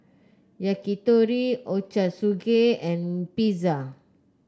Yakitori Ochazuke and Pizza